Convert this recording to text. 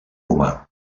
romà